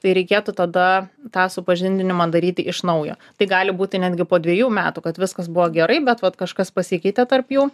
tai reikėtų tada tą supažindinimą daryti iš naujo tai gali būti netgi po dvejų metų kad viskas buvo gerai bet vat kažkas pasikeitė tarp jų